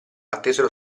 attesero